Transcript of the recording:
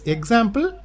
Example